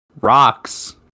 Rocks